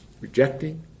Rejecting